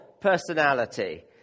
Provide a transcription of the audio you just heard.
personality